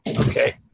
Okay